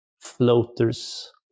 floaters